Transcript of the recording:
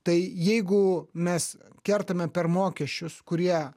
tai jeigu mes kertame per mokesčius kurie